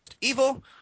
evil